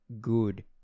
good